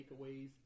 takeaways